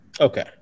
Okay